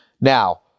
Now